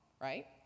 right